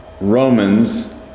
Romans